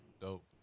Dope